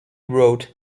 wrote